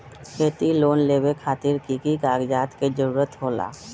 खेती लोन लेबे खातिर की की कागजात के जरूरत होला?